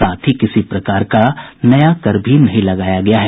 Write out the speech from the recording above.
साथ ही किसी प्रकार का नया कर नहीं लगाया गया है